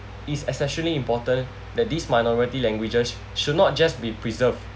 it's exceptionally important that these minority languages should not just be preserved